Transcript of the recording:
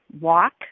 walk